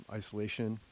isolation